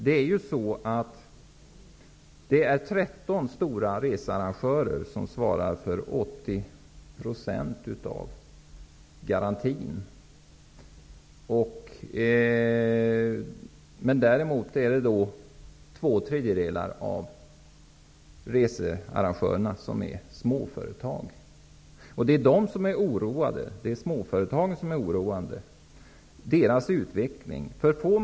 Det är 13 stora researrangörer som svarar för 80 % av garantin. Men däremot är det två tredjedelar av researrangörerna som är småföretag. Det är de som är oroade. Småföretagens utveckling är oroande.